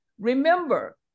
remember